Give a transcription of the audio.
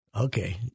Okay